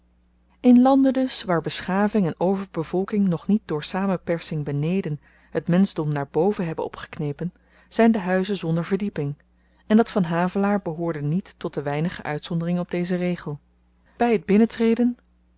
in landen dus waar beschaving en overbevolking nog niet door samenpersing beneden t menschdom naar boven hebben opgeknepen zyn de huizen zonder verdieping en dat van havelaar behoorde niet tot de weinige uitzonderingen op dezen regel by t binnentreden